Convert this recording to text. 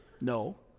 No